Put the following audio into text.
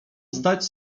zdać